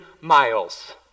miles